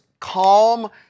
calm